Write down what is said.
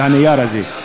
של הנייר הזה.